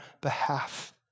behalf